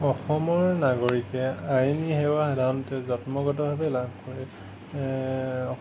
অসমৰ নাগৰিকে আইনী সেৱা সাধাৰণতে জন্মগতভাৱে লাভ কৰে